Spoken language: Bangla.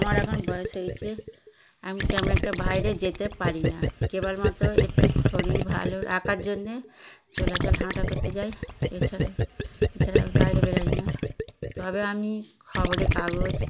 আমার এখন বয়স হয়েছে আমি তেমন একটা বাইরে যেতে পারি না কেবল মাত্র একটু শরীর ভালো রাখার জন্যে চলাচল হাঁটা করতে যাই এছাড়া এছাড়া আর বাইরে বেরোই না তবে আমি খবরের কাগজ